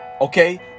Okay